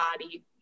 body